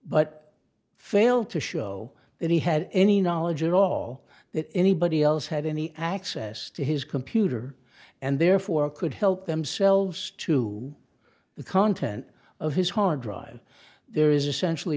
but failed to show that he had any knowledge at all that anybody else had any access to his computer and therefore could help themselves to the content of his hard drive there is essentially